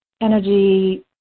energy